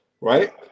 right